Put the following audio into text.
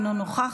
אינו נוכח,